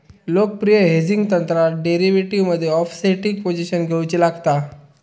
लोकप्रिय हेजिंग तंत्रात डेरीवेटीवमध्ये ओफसेटिंग पोझिशन घेउची लागता